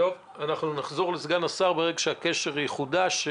אנחנו נחזור לסגן השר ברגע שהקשר יחודש.